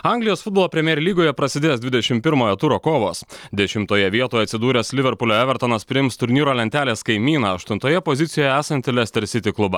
anglijos futbolo primer lygoje prasidės dvidešim pirmojo turo kovos dešimtoje vietoje atsidūręs liverpulio evertonas priims turnyro lentelės kaimyną aštuntoje pozicijoj esantį lester sity klubą